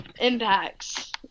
impacts